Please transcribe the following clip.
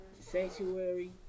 sanctuary